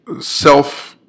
self-